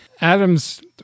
Adams